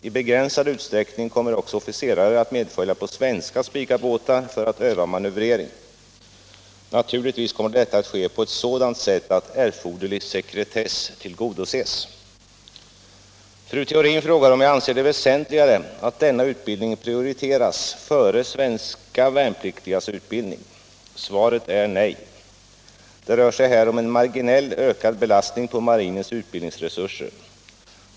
I begränsad utsträckning kommer också officerare att medfölja på svenska Spicabåtar för att öva manövrering. Naturligtvis kommer detta att ske på ett sådant sätt att erforderlig sekretess tillgodoses. Fru Theorin frågar om jag anser det väsentligt att denna utbildning prioriteras före svenska värnpliktigas utbildning. Svaret är nej. Det rör sig här om en marginellt ökad belastning på marinens utbildningsresurser.